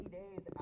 days